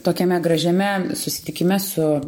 tokiame gražiame susitikime su